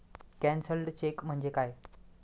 Cancelled cheque म्हणजे काय?